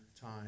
time